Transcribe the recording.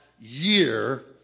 year